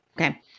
Okay